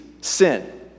sin